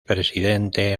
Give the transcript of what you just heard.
presidente